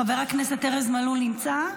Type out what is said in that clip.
חבר הכנסת ארז מלול נמצא?